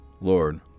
Lord